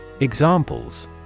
Examples